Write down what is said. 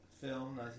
film